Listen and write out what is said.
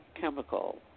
chemical